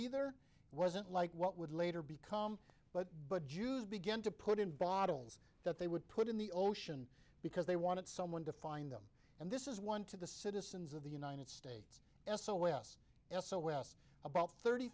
either wasn't like what would later become but but jews began to put in bottles that they would put in the ocean because they wanted someone to find them and this is one to the citizens of the united states s o s s o s about thirty